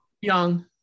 young